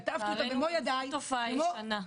כתבתי אותה במו ידיי --- לצערנו גם זו תופעה ישנה.